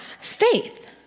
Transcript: faith